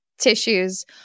tissues